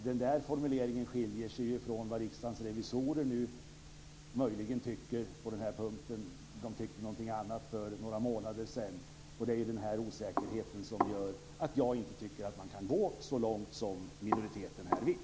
Den formuleringen skiljer sig som sagt från vad Riksdagens revisorer nu möjligen tycker på den här punkten. De tyckte någonting annat för några månader sedan. Det är den osäkerheten som gör att jag inte tycker att man kan gå så långt som minoriteten här vill.